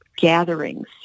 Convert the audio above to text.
gatherings